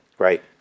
Right